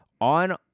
on